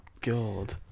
God